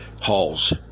halls